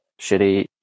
shitty